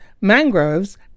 mangroves